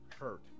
hurt